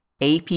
AP